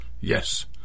Yes